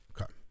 Okay